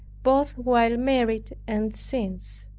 both while married and since.